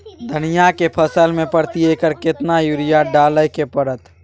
धनिया के फसल मे प्रति एकर केतना यूरिया डालय के परतय?